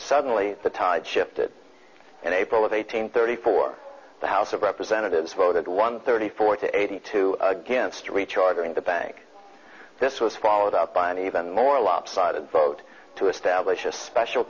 suddenly the tide shifted and april of eighteen thirty four the house of representatives voted one thirty four to eighty two against recharger in the bank this was followed up by an even more lopsided vote to establish a special